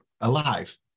alive